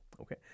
okay